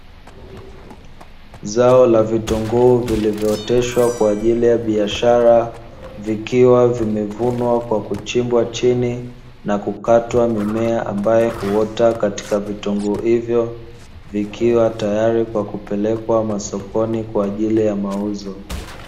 Zao la vitunguu vilivyooteshwa kwaajili ya biashara, vikiwa vimevunwa kwa kuchimbwa chini na kukatwa mimea ambayo huota katika vitunguu hivyo. Vikiwa tayari kwa kupelekwa masokoni kwaajili ya mauzo.